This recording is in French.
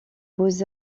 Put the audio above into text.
beaux